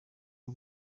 bwo